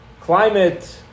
Climate